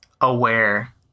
aware